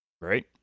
Right